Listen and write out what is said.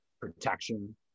protection